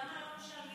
למה לא משלמים